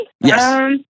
yes